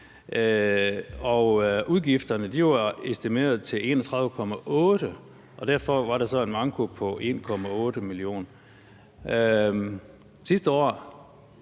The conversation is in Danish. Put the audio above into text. Udgifterne var estimeret til 31,8 mio. kr., og derfor var der så en manko på 1,8 mio. kr. Sidste år